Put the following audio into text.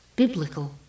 Biblical